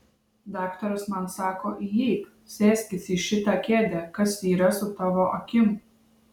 daktaras man sako įeik sėskis į šitą kėdę kas yra su tavo akim